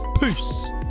Peace